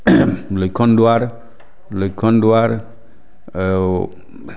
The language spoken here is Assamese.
লক্ষণ দুৱাৰ লক্ষণ দুৱাৰ